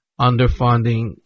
underfunding